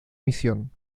misión